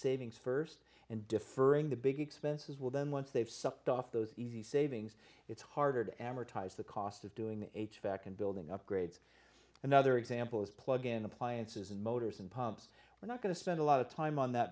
savings st and deferring the big expenses will then once they've sucked off those easy savings it's harder to amortize the cost doing a check and building upgrades another example is plug in appliances and motors and pumps we're not going to spend a lot of time on that